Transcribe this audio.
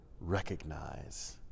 recognize